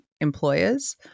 employers